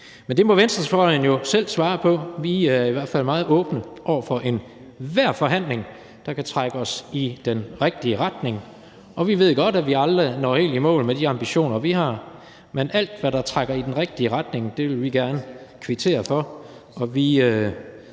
men det må venstrefløjen jo selv svare på. Vi er i hvert fald meget åbne over for enhver forhandling, der kan trække os i den rigtige retning, og vi ved godt, at vi aldrig når helt i mål med de ambitioner, vi har, men alt, hvad der trækker i den rigtige retning, vil vi gerne kvittere for.